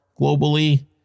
globally